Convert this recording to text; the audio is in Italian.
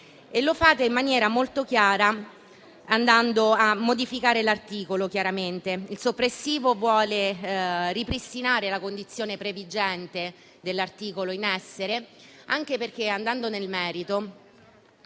lo fate in maniera molto chiara andando a modificare l'articolo. L'emendamento soppressivo vuole ripristinare la condizione previgente dell'articolo in essere. Passando al merito,